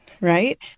right